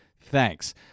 Thanks